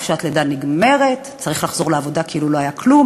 חופשת הלידה נגמרת וצריך לחזור לעבודה כאילו לא היה כלום.